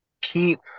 keep